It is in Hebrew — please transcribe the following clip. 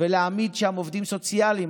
ולהעמיד שם עובדים סוציאליים.